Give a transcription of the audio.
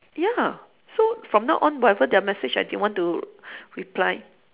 ya so from now on whatever their message I didn't want to reply